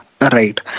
Right